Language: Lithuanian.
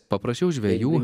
paprašiau žvejų